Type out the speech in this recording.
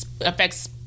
affects